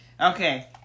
Okay